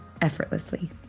effortlessly